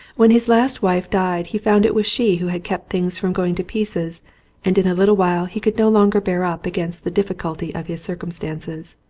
when his last wife died he found it was she who had kept things from going to pieces and in a little while he could no longer bear up against the difficulty of his circumstances.